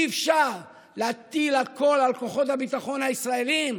אי-אפשר להטיל הכול על כוחות הביטחון הישראליים,